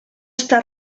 està